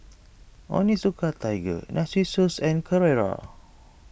Onitsuka Tiger Narcissus and Carrera